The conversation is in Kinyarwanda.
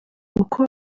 uko